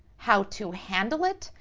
how to handle it,